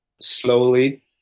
slowly